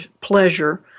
pleasure